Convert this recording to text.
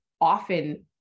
often